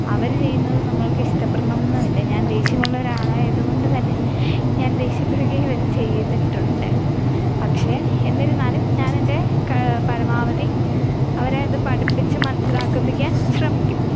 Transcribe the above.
അവർ ചെയ്യുന്നത് നമ്മൾക്ക് ഇഷ്ടപെടണമെന്നുമില്ല ഞാൻ ദേഷ്യമുള്ള ഒരാളായതുകൊണ്ട് തന്നെ ഞാൻ ദേഷ്യപ്പെടുകയും വരെ ചെയ്തിട്ടുണ്ട് പക്ഷേ എന്നിരുന്നാലും ഞാൻ എൻ്റെ പരമാവധി അവരെ അത് പഠിപ്പിച്ചു മനസ്സിലാക്കിപ്പിക്കാൻ ശ്രമിക്കും